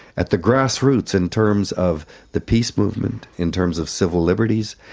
at the grassroots, in terms of the peace movement, in terms of civil liberties,